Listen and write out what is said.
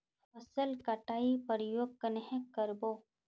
फसल कटाई प्रयोग कन्हे कर बो?